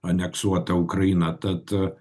aneksuotą ukrainą tad